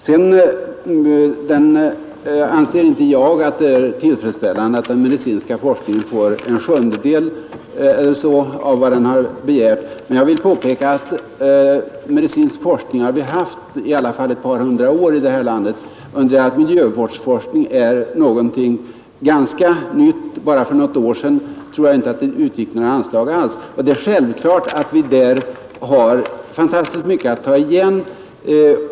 Jag anser inte att det är tillfredsställande att den medicinska forskningen får en sjundedel av vad den begär, men jag vill påpeka att medicinsk forskning har vi haft i varje fall ett par hundra år i detta land, under det att miljöforskning är något ganska nytt. Bara för något år sedan tror jag inte att det gick ut något anslag alls. Det är självklart att vi där har fantastiskt mycket att ta igen.